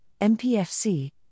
MPFC